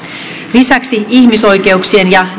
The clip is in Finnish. lisäksi ihmisoikeuksien ja